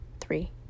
Three